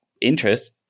interest